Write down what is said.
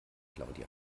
claudia